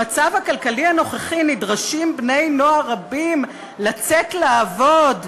נדרשים בני-נוער רבים לצאת לעבוד,